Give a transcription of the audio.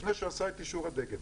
לפני שהוא עשה את אישור הדגם.